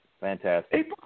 Fantastic